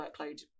workload